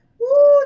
Woo